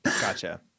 Gotcha